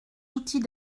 outils